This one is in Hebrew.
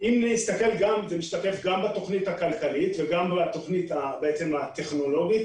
אם נסתכל גם בתוכנית הכלכלית וגם בתוכנית הטכנולוגית,